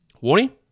Warning